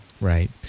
Right